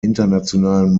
internationalen